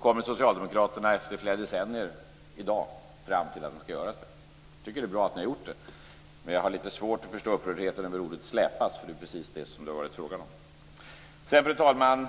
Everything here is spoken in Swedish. kommer socialdemokraterna i dag, efter flera decennier, fram till att den skall utredas. Det är bra, men jag har svårt att förstå upprördheten över ordet släpas. Det är precis det som det har varit fråga om. Fru talman!